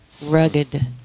Rugged